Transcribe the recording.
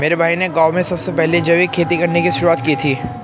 मेरे भाई ने गांव में सबसे पहले जैविक खेती करने की शुरुआत की थी